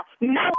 No